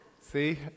see